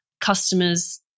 customers